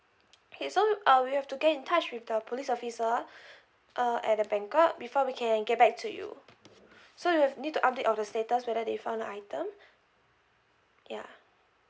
okay so uh we have to get in touch with the police officer uh at the bangkok before we can get back to you so you have need to update of the status whether they found the item ya